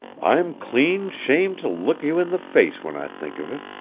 i'm clean shamed to look you in the face when i think of it.